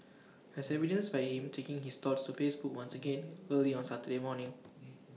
as evidenced by him taking his thoughts to Facebook once again early on Saturday morning